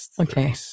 Okay